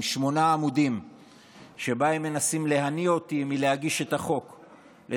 עם שמונה עמודים שבהם הם מנסים להניא אותי מלהגיש את הצעת החוק.